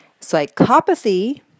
psychopathy